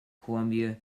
colombia